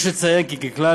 יש לציין כי ככלל,